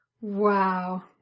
wow